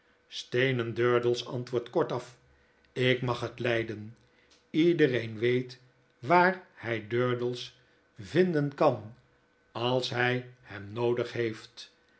durdels antwoordt kortaf ik mag het lijden iedereen weet waar hij durdels vinden kan als hy hem noodig heeft